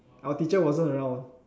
our teacher wasn't around